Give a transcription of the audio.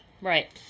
Right